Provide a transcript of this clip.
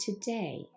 today